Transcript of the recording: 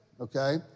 Okay